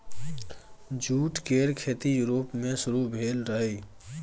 jute केर खेती Europe मे शुरु भेल रहइ